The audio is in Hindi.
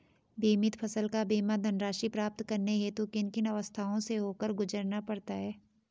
बीमित फसल का बीमा धनराशि प्राप्त करने हेतु किन किन अवस्थाओं से होकर गुजरना पड़ता है?